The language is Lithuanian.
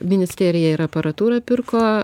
ministerija ir aparatūrą pirko